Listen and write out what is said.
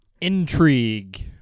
Intrigue